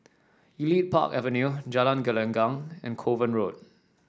Elite Park Avenue Jalan Gelenggang and Kovan Road